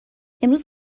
امروز